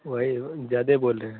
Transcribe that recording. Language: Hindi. वही ज़्यादा बोल रहे हैं